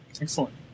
Excellent